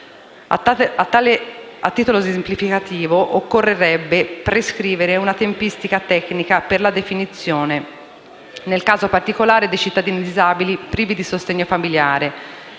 A titolo esemplificativo, occorrerebbe prescrivere una tempistica tecnica, nel caso particolare dei cittadini disabili privi di sostegno familiare,